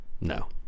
No